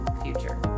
future